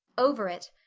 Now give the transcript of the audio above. over it,